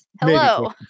Hello